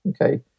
Okay